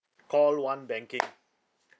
call one banking